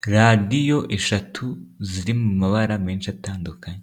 Radiyo eshatu ziri mu mabara menshi atandukanye.